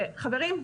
וחברים,